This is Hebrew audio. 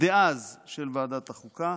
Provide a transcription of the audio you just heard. דאז של ועדת החוקה,